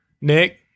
Nick